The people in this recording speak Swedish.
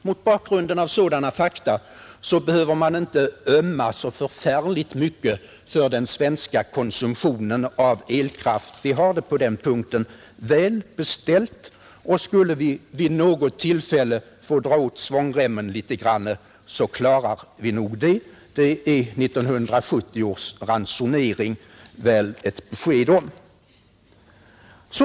Mot bakgrunden av sådana fakta tror jag inte att vi behöver ömma så förfärligt mycket för den svenska konsumtionen av elkraft. Vi har det relativt väl beställt på den punkten. Och skulle vi vid något tillfälle bli tvungna att dra åt svångremmen litet grand, så klarar vi nog det också; det gav 1970 års ransonering ett gott besked om.